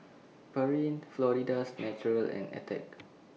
Pureen Florida's Natural and Attack